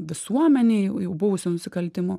visuomenei jau buvusių nusikaltimų